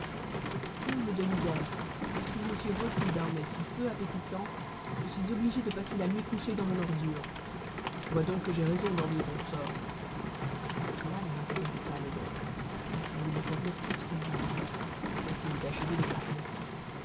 pour comble de misère lorsque je me suis repu d'un mets si peu appétissant je suis obligé de passer la nuit couché dans mon ordure tu vois donc que j'ai raison d'envier ton sort l'âne n'interrompit pas le boeuf il lui laissa dire tout ce qu'il voulut mais quand il eut achevé de parler